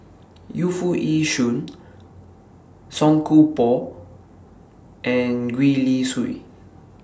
Yu Foo Yee Shoon Song Koon Poh and Gwee Li Sui